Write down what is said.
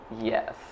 Yes